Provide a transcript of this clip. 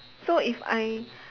so if I